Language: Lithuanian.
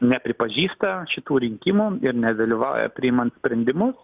nepripažįsta šitų rinkimų ir nedalyvauja priimant sprendimus